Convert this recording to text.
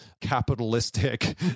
capitalistic